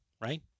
right